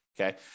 Okay